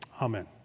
Amen